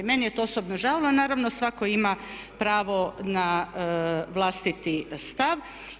Meni je to osobno žao a naravno svatko ima pravo na vlastiti stav.